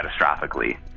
catastrophically